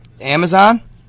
Amazon